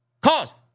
caused